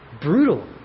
brutal